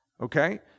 okay